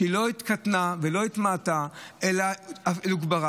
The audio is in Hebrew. שלא קטנה ולא התמעטה אלא התגברה.